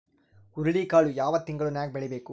ಹುರುಳಿಕಾಳು ಯಾವ ತಿಂಗಳು ನ್ಯಾಗ್ ಬೆಳಿಬೇಕು?